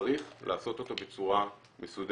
צריך לעשות אותו בצורה מסודרת.